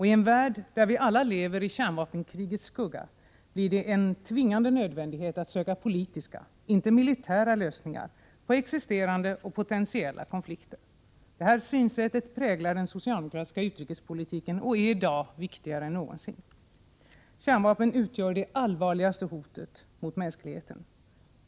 I en värld där vi alla lever i kärnvapenkrigets skugga blir det en tvingande nödvändighet att söka politiska — och inte militära — lösningar på existerande och potentiella konflikter. Detta synsätt präglar den socialdemokratiska utrikespolitiken och är i dag viktigare än någonsin. Kärnvapen utgör det allvarligaste hotet mot mänskligheten.